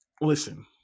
Listen